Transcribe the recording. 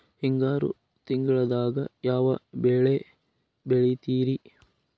ಹಿಂಗಾರು ತಿಂಗಳದಾಗ ಯಾವ ಬೆಳೆ ಬೆಳಿತಿರಿ?